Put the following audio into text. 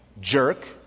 jerk